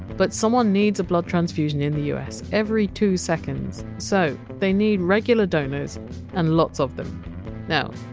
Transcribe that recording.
but someone needs a blood transfusion in the us every two seconds, so they need regular donors and lots of them now,